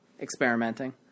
experimenting